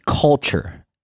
culture